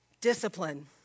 Discipline